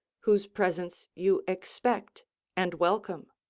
whose presence you expect and welcome.